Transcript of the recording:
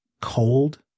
cold